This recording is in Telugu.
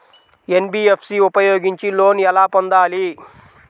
ఎన్.బీ.ఎఫ్.సి ఉపయోగించి లోన్ ఎలా పొందాలి?